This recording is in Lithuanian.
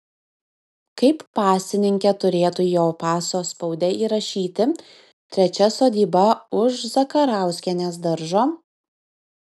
kaip pasininkė turėtų jo paso spaude įrašyti trečia sodyba už zakarauskienės daržo